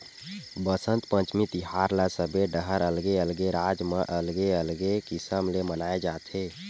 बसंत पंचमी तिहार ल सबे डहर अलगे अलगे राज म अलगे अलगे किसम ले मनाए जाथे